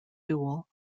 duel